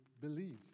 believe